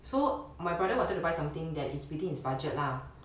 so my brother wanted to buy something that is within his budget lah